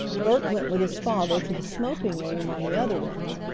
bert went with his father to the smoking room on the other end,